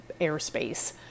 airspace